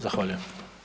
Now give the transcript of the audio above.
Zahvaljujem.